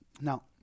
Now